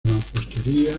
mampostería